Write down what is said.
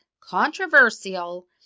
controversial